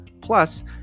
Plus